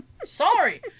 Sorry